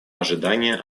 ожидания